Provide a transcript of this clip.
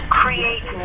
create